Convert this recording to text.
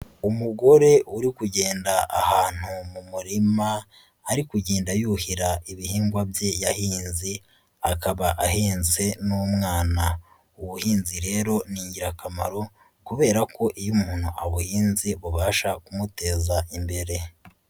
Umugore uri kugenda ahantu mu murima, ari kugenda yuhira ibihingwa bye yahinze, akaba ahinnze n'umwana, ubuhinzi rero ni ingirakamaro kubera ko iyo umuntu abuhinze bubasha kumuteza imbere.